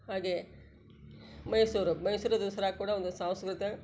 ಹಾಗೇ ಮೈಸೂರು ಮೈಸೂರು ದಸರಾ ಕೂಡ ಒಂದು ಸಾಂಸ್ಕೃತಿಕ